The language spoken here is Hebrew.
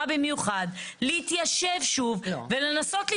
במיוחד להתיישב שוב ולנסות למצוא.